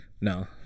No